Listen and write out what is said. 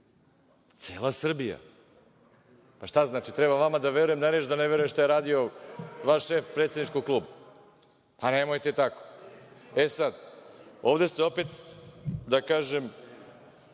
cela Srbija. Znači treba vama da verujem na reč, da ne verujem šta je radio vaš šef predsedničkog kluba? Nemojte tako. Sada, ovde se opet, da kažem,